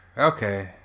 Okay